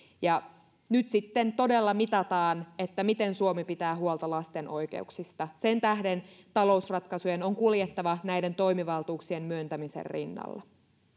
ja nyt sitten todella mitataan miten suomi pitää huolta lasten oikeuksista sen tähden talousratkaisujen on kuljettava näiden toimivaltuuksien myöntämisen rinnalla